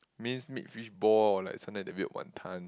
minced mixed fishball like sometime the weird Wan Ton